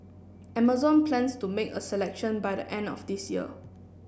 Amazon plans to make a selection by the end of this year